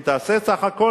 אם תעשה את הסך הכול,